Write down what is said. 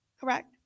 correct